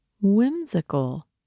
whimsical